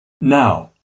Now